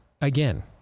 again